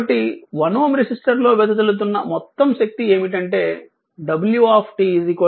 కాబట్టి 1 Ω రెసిస్టర్లో వెదజల్లుతున్న మొత్తం శక్తి ఏమిటంటే w 02